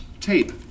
tape